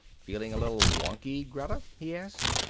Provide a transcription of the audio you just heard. feeling a little wonky, greta? he asked.